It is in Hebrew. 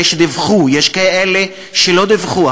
אלה שדיווחו, יש כאלה שלא דיווחו.